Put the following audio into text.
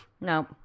No